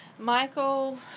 Michael